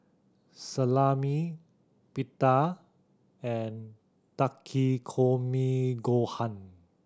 Salami Pita and Takikomi Gohan